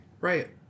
Right